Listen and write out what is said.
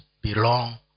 belong